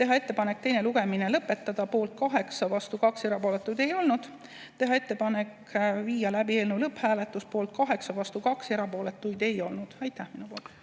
teha ettepanek teine lugemine lõpetada, poolt 8, vastu 2, erapooletuid ei olnud; teha ettepanek viia läbi eelnõu lõpphääletus, poolt 8, vastu 2, erapooletuid ei olnud. Aitäh! On aeg